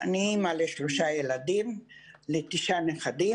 אנסה לבקש לחבר את מיכאלה גלוטר.